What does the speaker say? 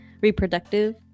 reproductive